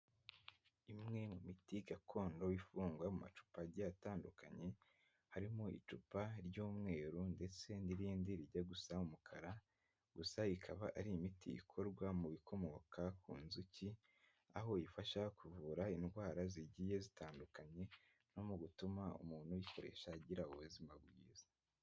Imwe mu miti gakondo ifungwa mu macupa agiye atandukanye, harimo icupa ry'umweru ndetse n'irindi rijya gusa umukara, gusa ikaba ari imiti ikorwa mu bikomoka ku nzuki, aho ifasha kuvura indwara zigiye zitandukanye no mu gutuma umuntu uyikoresha agira ubuzima bwiza.